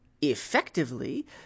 effectively